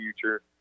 future